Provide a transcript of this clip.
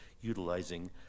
utilizing